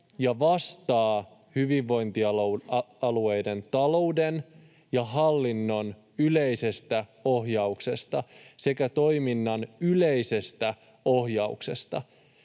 ja vastaa hyvinvointialueiden talouden ja hallinnon yleisestä ohjauksesta sekä toiminnan yleisestä ohjauksesta